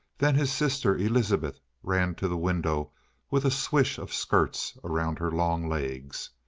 then his sister elizabeth ran to the window with a swish of skirts around her long legs.